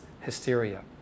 hysteria